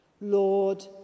Lord